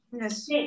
Yes